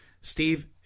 steve